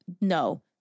no